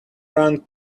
round